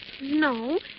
No